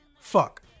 fuck